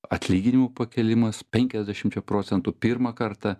atlyginimų pakėlimas penkiasdešimčia procentų pirmą kartą